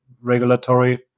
regulatory